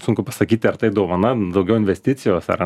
sunku pasakyti ar tai dovana daugiau investicijos ar